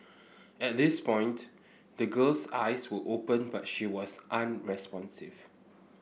at this point the girl's eyes were open but she was unresponsive